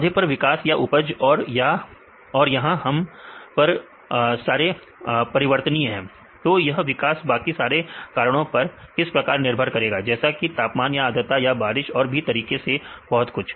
पौधे का विकास या उपज और यहां पर यह सारे परिवर्तनीय है तो यह विकास बाकी सारे कारणों पर किस प्रकार निर्भर करेगा जैसे कि तापमान या आद्रता या बारिश और भी तरीके से बहुत कुछ